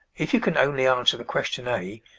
if you can only answer the question a,